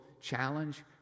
challenge